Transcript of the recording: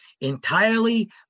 entirely